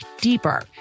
deeper